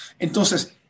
Entonces